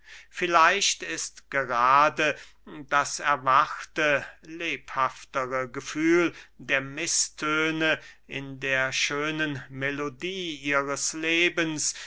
vielleicht ist gerade das erwachte lebhaftere gefühl der mißtöne in der schönen melodie ihres lebens